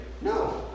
No